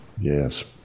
Yes